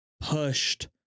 pushed